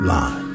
Line